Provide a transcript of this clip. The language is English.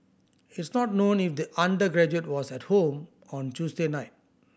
it's not known if the undergraduate was at home on Tuesday night